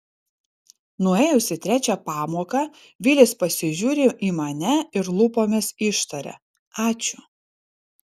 nuėjus į trečią pamoką vilis pasižiūri į mane ir lūpomis ištaria ačiū